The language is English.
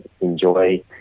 enjoy